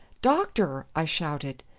doctor! i shouted.